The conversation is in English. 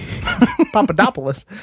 Papadopoulos